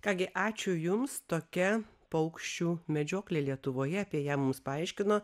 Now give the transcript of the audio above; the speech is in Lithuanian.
ką gi ačiū jums tokia paukščių medžioklė lietuvoje apie ją mums paaiškino